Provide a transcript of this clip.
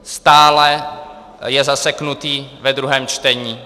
Stále je zaseknutý ve druhém čtení.